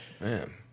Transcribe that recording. Man